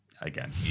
again